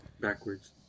backwards